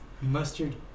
Mustard